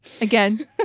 Again